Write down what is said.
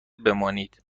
بمانید